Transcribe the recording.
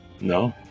No